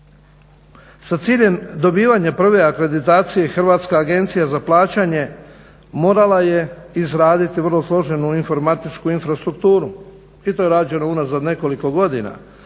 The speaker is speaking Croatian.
Sa ciljem dobivanjem akreditacije Hrvatska agencija za plaćanje morala je izraditi vrlo složenu informatičku infrastrukturu, i to je rađeno unazad nekoliko godina